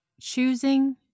choosing